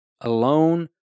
alone